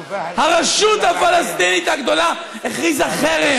הרשות הפלסטינית הגדולה הכריזה חרם